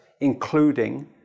including